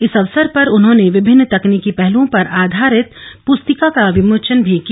इस अवसर पर उन्होंने विभिन्न तकनीकि पहलुओं पर आधारित प्रस्तिका का विमोचन भी किया